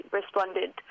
responded